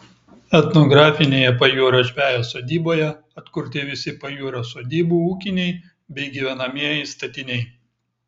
etnografinėje pajūrio žvejo sodyboje atkurti visi pajūrio sodybų ūkiniai bei gyvenamieji statiniai